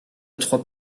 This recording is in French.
trois